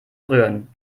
rühren